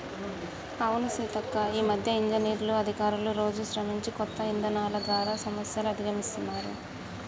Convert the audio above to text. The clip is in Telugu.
అవును సీతక్క ఈ మధ్య ఇంజనీర్లు అధికారులు రోజు శ్రమించి కొత్త ఇధానాలు ద్వారా సమస్యలు అధిగమిస్తున్నారు